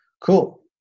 cool